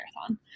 Marathon